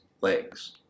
legs